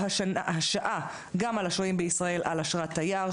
השעה גם על השוהים בישראל על אשרת תייר,